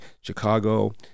Chicago